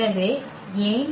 எனவே ஏன்